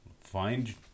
find